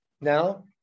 now